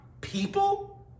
people